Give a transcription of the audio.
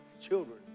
children